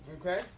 Okay